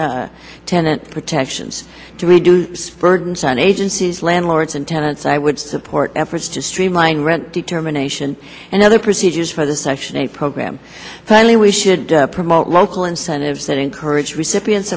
to tenant protections to reduce burdens on agencies landlords and tenants i would support efforts to streamline rent determination and other procedures for the section eight program finally we should promote local incentives that encourage recipients